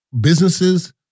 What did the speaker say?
businesses